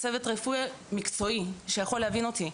צוות רפואי מקצועי שיכול להבין אותי,